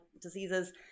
diseases